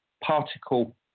particle